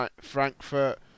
Frankfurt